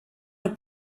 els